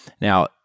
Now